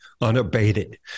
unabated